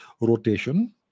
rotation